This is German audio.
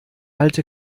alte